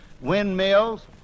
windmills